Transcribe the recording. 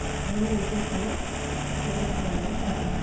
அதில் என்ன விசேஷம்ன்னா பெருமாள் கோவில்ல